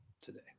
today